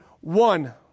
One